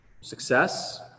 success